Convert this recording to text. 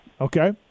Okay